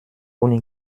uni